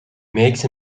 makes